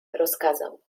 rozkazał